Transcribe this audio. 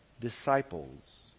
disciples